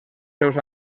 seus